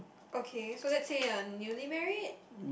okay so lets say you're newly married